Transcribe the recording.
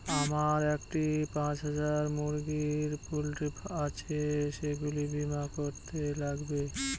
আমার একটি পাঁচ হাজার মুরগির পোলট্রি আছে সেগুলি বীমা করতে কি লাগবে?